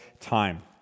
time